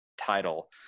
title